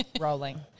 rolling